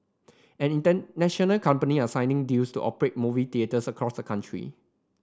and international company are signing deals to operate movie theatres across the country